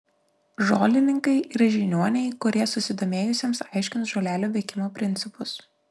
žolininkai ir žiniuoniai kurie susidomėjusiems aiškins žolelių veikimo principus